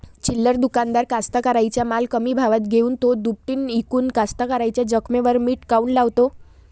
चिल्लर दुकानदार कास्तकाराइच्या माल कमी भावात घेऊन थो दुपटीनं इकून कास्तकाराइच्या जखमेवर मीठ काऊन लावते?